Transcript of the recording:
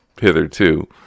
hitherto